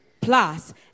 plus